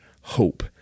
hope